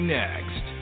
next